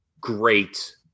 great